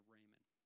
Raymond